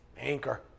anchor